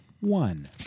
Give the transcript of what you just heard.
One